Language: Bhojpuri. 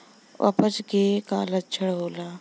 अपच के का लक्षण होला?